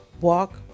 Walk